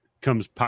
comes